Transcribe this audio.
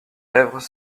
lèvres